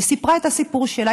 היא סיפרה את הסיפור שלה.